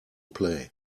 play